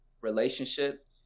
relationship